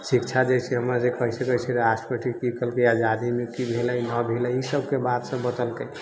शिक्षा जे है से हमर कहि सकै छियै राष्ट्रपति की कयलकै आजादीमे की भेलै नहि भेलै ई सबके बात सब बतेलकै